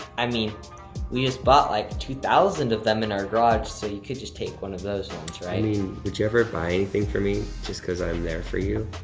i mean we just bought like two thousand of them in our garage, so you could just take one of those ones, right? i mean would you ever buy anything for me just cause i'm there for you